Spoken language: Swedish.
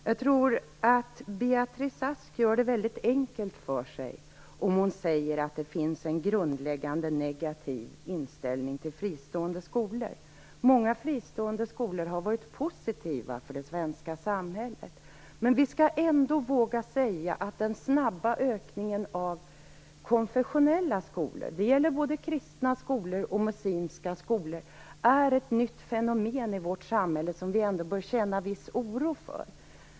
Jag tror att Beatrice Ask gör det väldigt enkelt för sig om hon säger att det finns en grundläggande negativ inställning till fristående skolor. Många fristående skolor har varit positiva för det svenska samhället. Men vi skall ändå våga säga att den snabba ökningen av konfessionella skolor, det gäller både kristna skolor och muslimska skolor, är ett nytt fenomen i vårt samhälle som vi bör känna viss oro för.